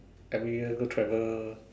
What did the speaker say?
every year go travel